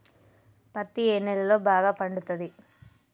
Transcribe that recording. పత్తి ఏ నేలల్లో బాగా పండుతది?